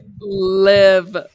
live